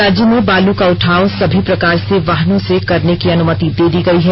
राज्य में बाल का उठाव सभी प्रकार से वाहनों से करने की अनुमति दे दी गई है